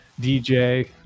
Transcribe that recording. DJ